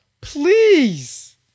please